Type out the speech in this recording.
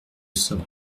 sors